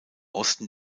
osten